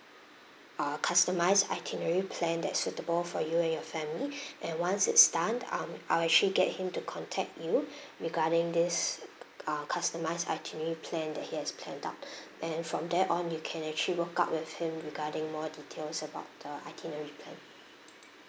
a customised itinerary plan that suitable for you and your family and once it's done um I will actually get him to contact you regarding this ah customise itinerary plan that he has planned up then from there on you can actually work up with him regarding more details about the itinerary plan